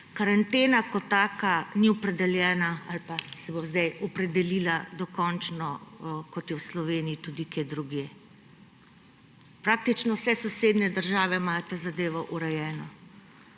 Karantena kot taka ni opredeljena ali pa se bo zdaj opredelila dokončno, kot je v Sloveniji tudi kje drugje. Praktično vse sosednje države imajo to zadevo urejeno